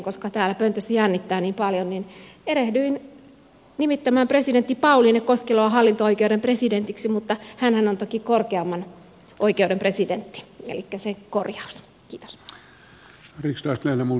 koska täällä pöntössä jännittää niin paljon niin erehdyin nimittämään presidentti pauliine koskeloa hallinto oikeuden presidentiksi mutta hänhän on toki korkeimman oikeuden presidentti elikkä se korjauksena